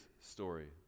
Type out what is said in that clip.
story